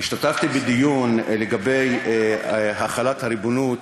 השתתפתי בדיון לגבי החלת הריבונות